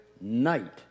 night